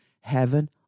heaven